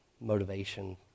motivation